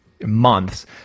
Months